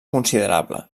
considerable